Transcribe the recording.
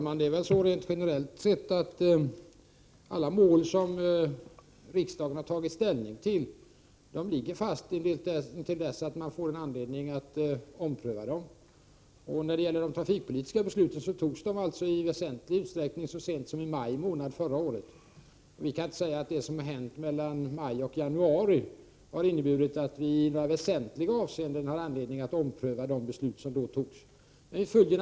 Herr talman! Rent generellt ligger alla mål som riksdagen har tagit ställning till fast tills det finns anledning att ompröva dem. De trafikpolitiska besluten fattades i väsentlig utsträckning så sent som i maj månad förra året. Jag kan inte säga att det som hänt mellan maj och januari har inneburit att det i några väsentliga avseenden finns anledning att ompröva de beslut som då fattades.